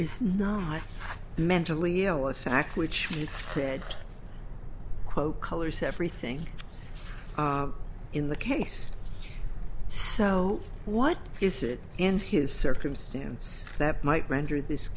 is not mentally ill a fact which he said quote colors everything in the case so what is it in his circumstance that might render this